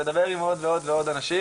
ולדבר עם עוד ועוד אנשים.